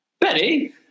Betty